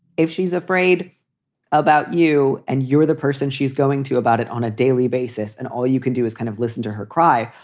if she's afraid about you and you're the person she's going to about it on a daily basis, and all you can do is kind of listen to her cry.